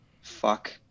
fuck